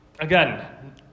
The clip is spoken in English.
again